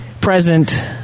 present